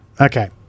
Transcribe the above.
Okay